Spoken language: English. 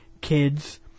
kids